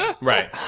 Right